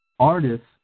Artists